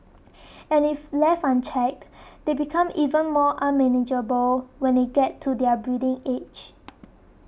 and if left unchecked they become even more unmanageable when they get to their breeding age